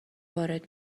وارد